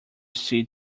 see